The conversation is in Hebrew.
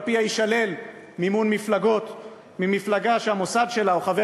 שעל-פיה יישלל מימון מפלגות ממפלגה שהמוסד שלה או חבר